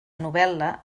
novel·la